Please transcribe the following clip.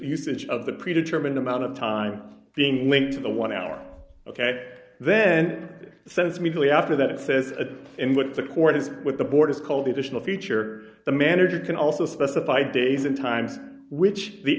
usage of the pre determined amount of time being linked to the one hour ok then sends me really after that it says and what the court is with the board is called the additional feature the manager can also specify days and time which the